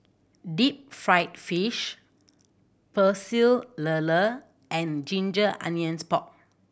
deep fried fish Pecel Lele and ginger onions pork